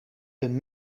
een